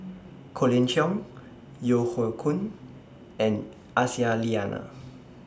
Colin Cheong Yeo Hoe Koon and Aisyah Lyana